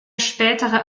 spätere